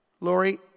Lori